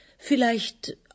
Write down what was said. Vielleicht